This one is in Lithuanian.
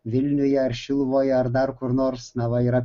vilniuje ar šiluvoje ar dar kur nors na va yra